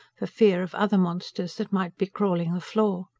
for fear of other monsters that might be crawling the floor.